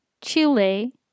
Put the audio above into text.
Chile